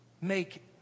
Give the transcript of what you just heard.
make